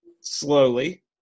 slowly